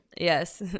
Yes